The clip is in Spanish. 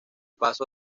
paso